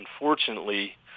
unfortunately